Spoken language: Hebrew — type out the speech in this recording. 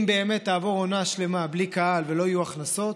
אם באמת תעבור עונה שלמה בלי קהל ולא יהיו הכנסות,